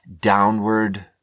downward